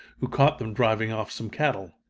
who caught them driving off some cattle.